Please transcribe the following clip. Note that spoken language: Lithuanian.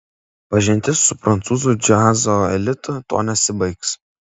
pažintis su prancūzų džiazo elitu tuo nesibaigs